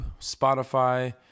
Spotify